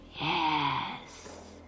Yes